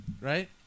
right